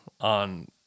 on